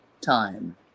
time